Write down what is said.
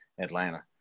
atlanta